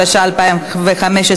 התשע"ו 2015,